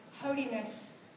holiness